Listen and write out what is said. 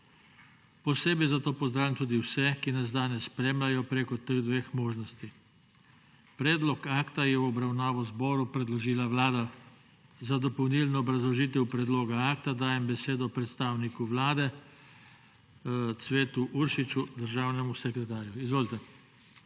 Posebej zato pozdravljam tudi vse, ki nas danes spremljajo preko teh dveh možnosti. Predlog akta je v obravnavo zboru predložila Vlada. Za dopolnilno obrazložitev predloga akta dajem besedo predstavniku Vlade Cvetu Uršiču, državnemu sekretarju. Izvolite.